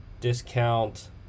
discount